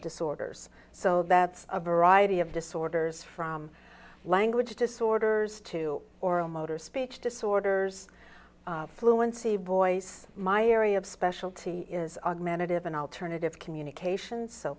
disorders so that's a variety of disorders from language disorders to oral motor speech disorders fluency voice my area of specialty is augmentative an alternative communications so